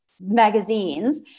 magazines